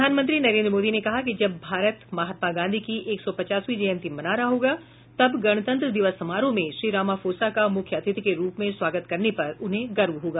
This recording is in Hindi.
प्रधानमंत्री नरेंद्र मोदी ने कहा कि जब भारत महात्मा गांधी की एक सौ पचासवीं जयंती मना रहा होगा तब गणतंत्र दिवस समारोह में श्री रामाफोसा का मुख्य अतिथि के रूप में स्वागत करने पर उन्हें गर्व होगा